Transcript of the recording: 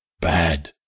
Bad